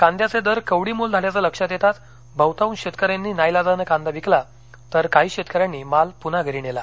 कांद्याचे दर कवडीमोल झाल्याचं लक्षात येताच बहुतांश शेतकऱ्यांनी नाईलाजानं कांदा विकला तर काही शेतकऱ्यांनी माल पुन्हा घरी नेला